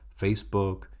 Facebook